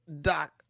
Doc